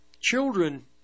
children